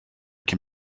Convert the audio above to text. can